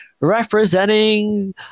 representing